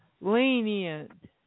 lenient